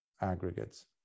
aggregates